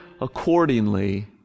accordingly